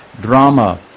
drama